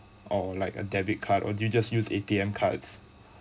or like a debit card or do you just use A_T_M cards